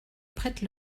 prêtent